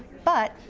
but,